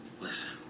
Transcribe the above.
Listen